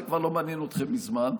זה כבר לא מעניין אתכם מזמן,